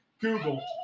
Google